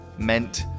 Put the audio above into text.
meant